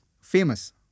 Famous